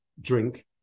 drink